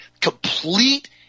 Complete